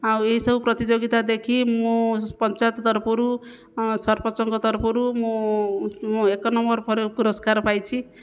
ଆଉ ଏହି ସବୁ ପ୍ରତିଯୋଗିତା ଦେଖି ମୁଁ ପଞ୍ଚାୟତ ତରଫରୁ ସରପଞ୍ଚଙ୍କ ତରଫରୁ ମୁଁ ମୁଁ ଏକ ନମ୍ବର ପୁରସ୍କାର ପାଇଛି